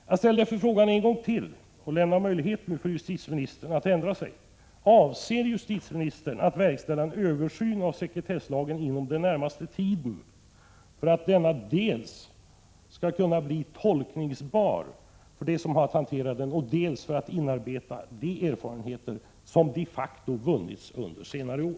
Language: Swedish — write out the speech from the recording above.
Jag ställer därför frågan en gång till, och lämnar därmed möjlighet för justitieministern att ändra sig: Avser justitieministern att verkställa en översyn av sekretesslagen inom den närmaste tiden, för att denna lag dels skall bli tolkningsbar för dem som har att hantera den, dels för att ta vara på erfarenheter som de facto vunnits under senare år?